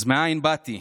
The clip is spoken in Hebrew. אז מאין באתי?